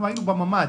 היינו בממ"ד.